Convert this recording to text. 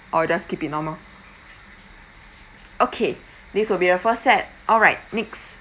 or just keep it normal okay this will be the first set alright next